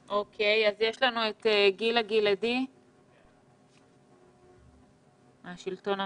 אוקיי, אז יש לנו את גילה גלעדי מהשלטון המקומי.